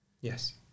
Yes